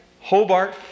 Hobart